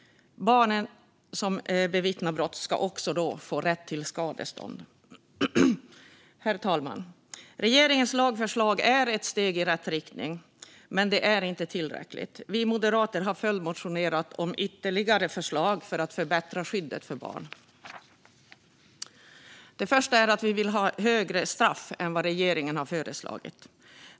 Barn som bevittnar brott ska också få rätt till skadestånd. Herr talman! Regeringens lagförslag är ett steg i rätt riktning, men det är inte tillräckligt. Vi moderater har följdmotionerat om ytterligare förslag för att förbättra skyddet för barn. Först och främst vill vi ha högre straff än vad regeringen har föreslagit.